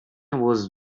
was